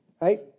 right